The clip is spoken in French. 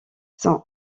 son